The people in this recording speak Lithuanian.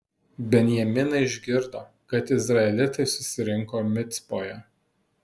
benjaminai išgirdo kad izraelitai susirinko micpoje